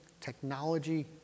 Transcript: technology